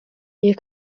you